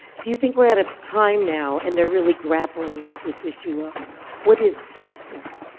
do you think we're at a time now? and they're really grappling with this issue of what his justice.